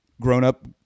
grown-up